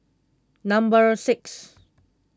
number six